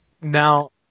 now